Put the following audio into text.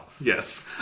Yes